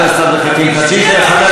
חבר הכנסת עבד אל חכים חאג' יחיא.